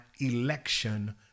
election